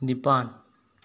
ꯅꯤꯄꯥꯜ